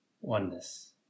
oneness